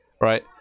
Right